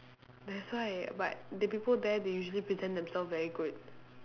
that's why but the people there they usually present themselves very good